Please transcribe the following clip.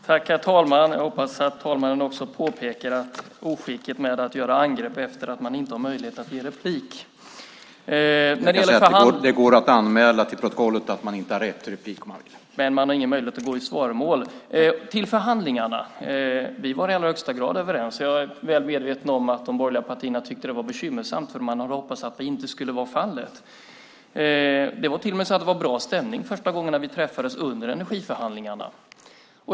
Herr talman! Jag hoppas att talmannen också påpekar oskicket att gå till angrepp när man inte har möjlighet till ytterligare replik. Men man har ingen möjlighet att gå i svaromål. I förhandlingarna var vi i allra högsta grad överens. Jag är väl medveten om att de borgerliga partierna tyckte att det var bekymmersamt. Man hade hoppats att det inte skulle vara fallet. Det var till och med så att det var bra stämning första gångerna vi träffades under energiförhandlingarna.